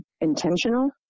intentional